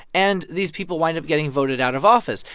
and these people wind up getting voted out of office.